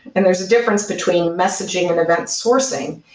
and there's a difference between messaging and event sourcing.